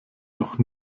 noch